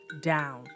down